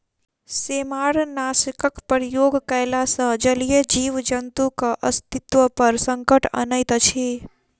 सेमारनाशकक प्रयोग कयला सॅ जलीय जीव जन्तुक अस्तित्व पर संकट अनैत अछि